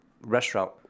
restaurant